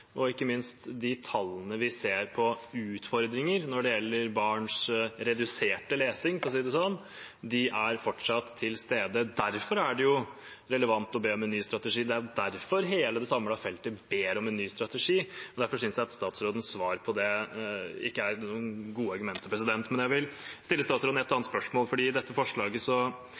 Ikke minst de tallene vi ser når det gjelder utfordringer med barns reduserte lesing, for å si det sånn, er fortsatt til stede. Derfor er det relevant å be om en ny strategi. Det er derfor hele det samlede feltet ber om en ny strategi. Derfor syns jeg at statsrådens svar ikke er gode argumenter. Jeg vil stille statsråden et annet spørsmål. I dette forslaget